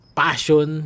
passion